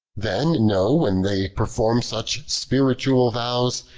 then know, when they perform such spiritual vows